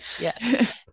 Yes